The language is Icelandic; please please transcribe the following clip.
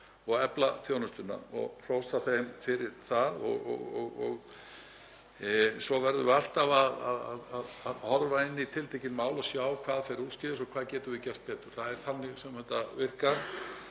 og efla þjónustuna og ég hrósa þeim fyrir það. Svo verðum við alltaf að horfa inn í tiltekin mál og sjá hvað fer úrskeiðis og hvað við getum gert betur. Það er þannig sem þetta virkar.